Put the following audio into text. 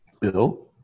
Bill